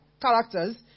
characters